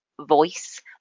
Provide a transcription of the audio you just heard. voice